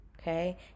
Okay